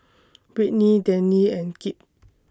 Britny Danny and Kipp